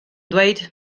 dweud